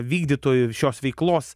vykdytojų šios veiklos